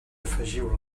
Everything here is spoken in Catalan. afegiu